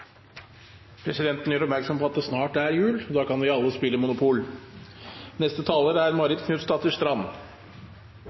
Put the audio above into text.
Presidenten gjør oppmerksom på at det snart er jul, og da kan vi alle spille Monopol.